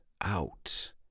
out